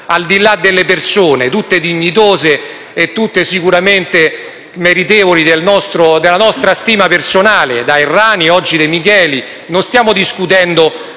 al di là delle persone coinvolte, tutte dignitose e tutte sicuramente meritevoli della nostra stima personale, da Errani fino a De Micheli. Non stiamo discutendo le